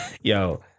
Yo